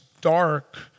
dark